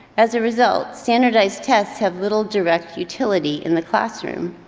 as a result, standardized tests have little direct utility in the classroom.